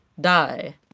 die